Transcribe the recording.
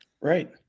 Right